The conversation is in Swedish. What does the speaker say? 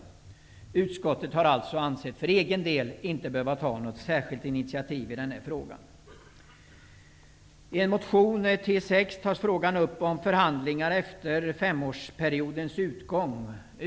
Utskottet har för egen del inte ansett sig behöva ta ett eget initiativ i denna fråga. I motion T6 tas frågan om nya förhandlingar efter femårsperiodens utgång upp.